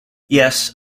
yes